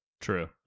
True